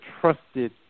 trusted